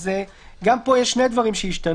אז גם פה יש שני דברים שהשתנו.